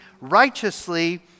righteously